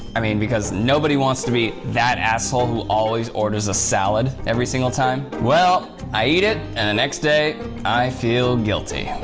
i mean, because, nobody wants to be that asshole who always orders a salad every single time. well, i eat it, and the next day i feel guilty.